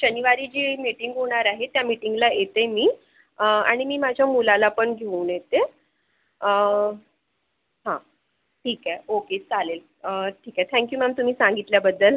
शनिवारी जी मीटींग होणार आहे त्या मीटींगला येते मी आणि मी माझ्या मुलाला पण घेऊन येते हां ठीक आहे ओके चालेल ठीक आहे थँक्यू मॅम तुम्ही सांगितल्याबद्दल